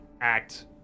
act